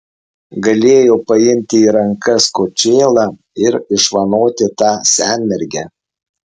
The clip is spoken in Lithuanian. galėjau paimti į rankas kočėlą ir išvanoti tą senmergę